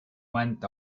went